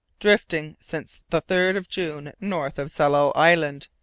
drifting since the third of june north of tsalal island.